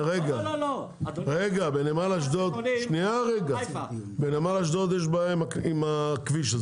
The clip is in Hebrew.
בנמל אשדוד יש בעיה עם הכביש,